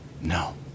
No